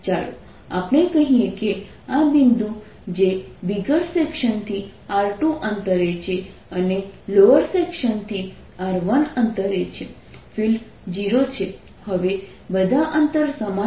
ચાલો આપણે કહીએ કે આ બિંદુ જે બિગર સેક્શનથી r2 અંતરે છે અને લોઅર સેક્શનથી r1અંતરે છે ફિલ્ડ 0 છે હવે બધા અંતર સમાન છે